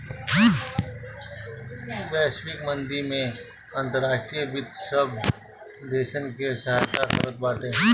वैश्विक मंदी में अंतर्राष्ट्रीय वित्त सब देसन के सहायता करत बाटे